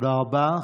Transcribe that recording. תודה רבה.